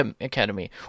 academy